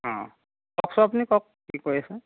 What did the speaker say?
অঁ কওকচোন আপুনি কওক কি কয় আছে